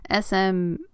SM